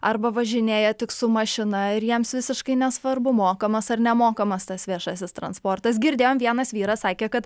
arba važinėja tik su mašina ir jiems visiškai nesvarbu mokamas ar nemokamas tas viešasis transportas girdėjom vienas vyras sakė kad